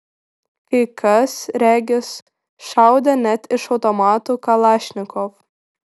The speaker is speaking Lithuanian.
kai kas regis šaudė net iš automatų kalašnikov